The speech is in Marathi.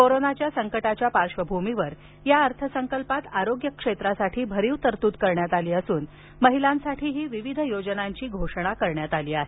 कोरोनाच्या संकटाच्या पार्श्वभूमीवर या अर्थसंकल्पात आरोग्य क्षेत्रासाठी भरीव तरतूद करण्यात आली असून महिलांसाठीही विविध योजनांची घोषणा करण्यात आली आहे